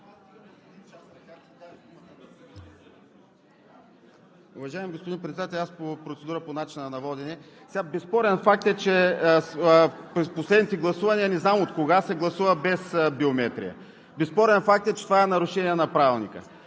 Уважаеми господин Председател, имам процедура по начина на водене. Безспорен факт е, че през последните гласувания – не знам откога, се гласува без биометрия. Безспорен факт е, че това е нарушение на Правилника.